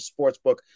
sportsbook